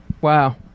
Wow